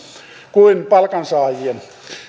kuin palkansaajien